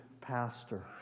pastor